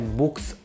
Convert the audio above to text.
books